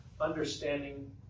understanding